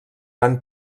van